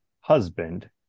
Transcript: husband